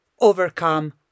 overcome